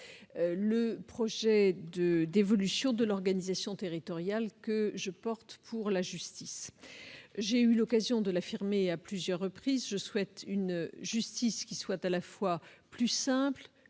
le projet d'évolution de l'organisation territoriale que je porte pour la justice. Comme j'ai eu l'occasion de l'affirmer à plusieurs reprises, je souhaite une justice plus simple,